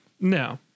No